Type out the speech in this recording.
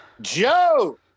Joe